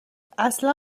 اصلا